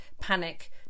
panic